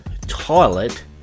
toilet